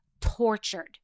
tortured